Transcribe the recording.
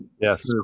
Yes